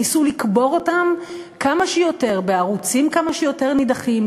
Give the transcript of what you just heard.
ניסו לקבור אותן כמה שיותר בערוצים כמה שיותר נידחים,